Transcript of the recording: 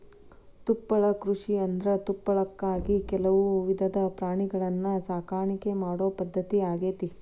ತುಪ್ಪಳ ಕೃಷಿಯಂದ್ರ ತುಪ್ಪಳಕ್ಕಾಗಿ ಕೆಲವು ವಿಧದ ಪ್ರಾಣಿಗಳನ್ನ ಸಾಕಾಣಿಕೆ ಮಾಡೋ ಪದ್ಧತಿ ಆಗೇತಿ